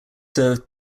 served